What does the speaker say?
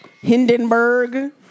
Hindenburg